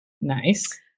Nice